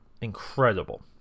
incredible